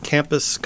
Campus